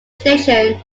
station